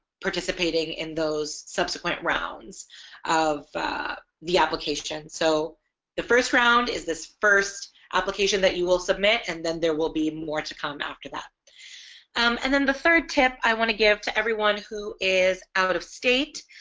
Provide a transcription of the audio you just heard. participating in those subsequent rounds of the application so the first round is this first application that you will submit and then there will be more to come after that um and then the third tip i want to give to everyone who is out-of-state